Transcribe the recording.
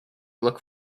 look